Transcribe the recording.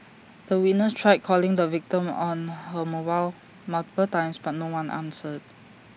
the witness tried calling the victim on her mobile multiple times but no one answered